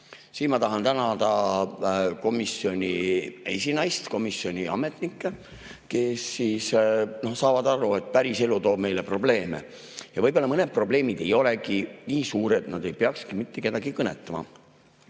Siin ma tahan tänada komisjoni esinaist ja komisjoni ametnikke, kes saavad aru, et päriselu toob meile probleeme. Võib-olla mõned probleemid ei olegi nii suured, nad ei peakski mitte kedagi kõnetama. Kui